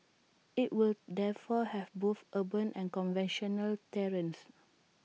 IT will therefore have both urban and conventional terrain